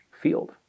field